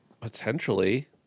potentially